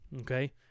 okay